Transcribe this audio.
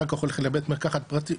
אחר כך הולך לבית מרקחת פרטי,